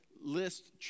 list